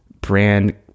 brand